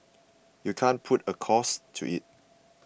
you can't put a cost to it